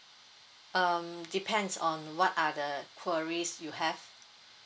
um depends on what are the queries you have